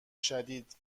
شدید